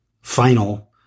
final